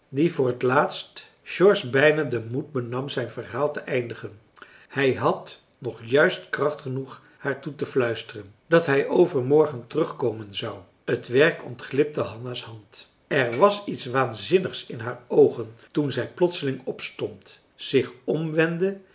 die voor t laatst george bijna den moed benam zijn verhaal te eindigen hij had nog juist kracht genoeg haar toetefluisteren dat hij overmorgen terugkomen zou het werk ontglipte hanna's hand er was iets waanzinnigs in haar oogen toen zij plotseling opstond zich